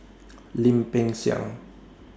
Lim Peng Siang